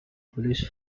police